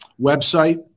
Website